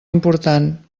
important